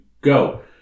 go